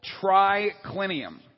triclinium